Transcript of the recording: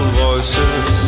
voices